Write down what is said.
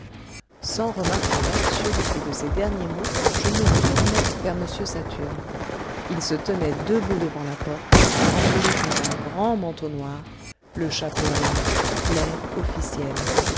sans remarquer l'absurdité de ces derniers mots je me tournai vers m saturne il se tenait debout devant la porte enveloppé d'un grand manteau noir le chapeau à la main l'air officiel